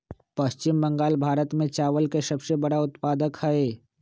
पश्चिम बंगाल भारत में चावल के सबसे बड़ा उत्पादक हई